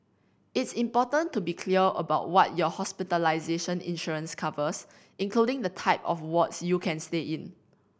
it's important to be clear about what your hospitalization insurance covers including the type of wards you can stay in